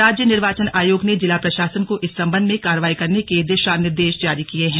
राज्य निर्वाचन आयोग ने जिला प्रशासन को इस संबंध में कार्रवाई करने के दिशा निर्देश जारी किये हैं